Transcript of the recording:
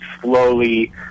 slowly